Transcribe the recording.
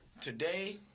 Today